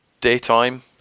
daytime